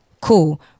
cool